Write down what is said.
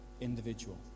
individual